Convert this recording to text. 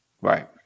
right